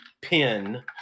pin